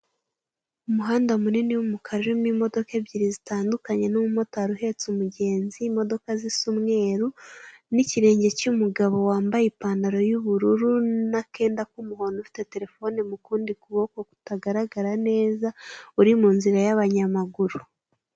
Umuhanda munini w'umukara urimo imodoka ebyiri zitandukanye n'umumotari uhetse umugenzi, imodoka zisa umweru n'ikirenge cy'umugabo wambaye ipantaro y'ubururu na kenda k'umuhondo ufite telefone mu kundi kuboko kutagaragara neza uri mu nzira y'abanyamaguru.